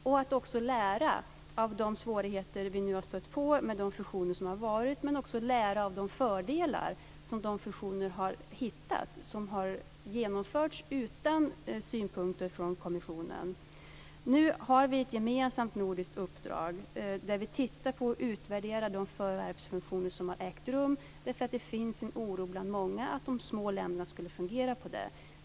Vi måste också lära av de svårigheter vi nu har stött på med de fusioner som har varit, men också lära av fördelarna vi har hittat från de fusioner som har genomförts utan synpunkter från kommissionen. Nu har vi ett gemensamt nordiskt uppdrag, där vi tittar på och utvärderar de förvärvsfusioner som har ägt rum, därför att det finns en oro bland många att de små länderna skulle fundera på det.